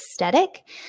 aesthetic